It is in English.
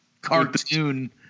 cartoon